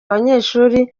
abanyeshuri